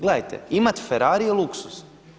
Gledajte imati Ferari je luksuz.